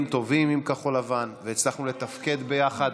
טובים עם כחול לבן והצלחנו לתפקד ביחד